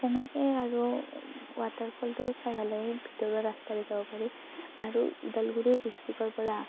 তেনেকেই আৰু ৱাটাৰফলটো চাই ভালে লাগে ভিতৰুৱা ৰাস্তাৰে যাব পাৰি আৰু ওদালগুৰি ডিষ্ট্ৰিক্টৰ পৰা